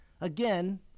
Again